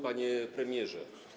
Panie Premierze!